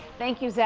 thank you, zach,